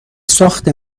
ساخت